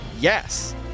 Yes